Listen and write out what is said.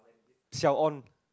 siao on